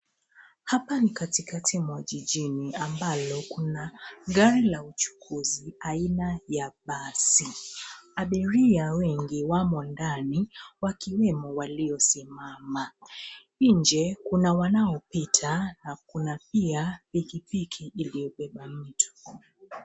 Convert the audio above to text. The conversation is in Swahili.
Hapa ni katikati mwa jijini ambalo kuna gari la uchukuzi aina ya basi Abiria wengi wamo ndani wakiwemo waliosimama. Nje kuna wanaopita na kuna pia pikipiki iliyobeba mtu.